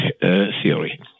theory